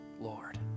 Lord